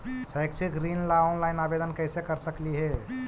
शैक्षिक ऋण ला ऑनलाइन आवेदन कैसे कर सकली हे?